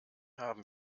haben